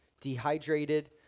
Dehydrated